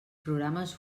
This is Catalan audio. programes